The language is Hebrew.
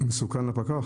מסוכן לפקח?